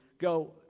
go